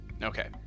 Okay